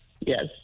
Yes